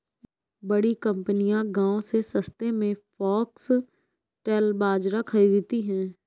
बड़ी कंपनियां गांव से सस्ते में फॉक्सटेल बाजरा खरीदती हैं